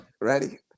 Ready